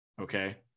okay